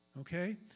Okay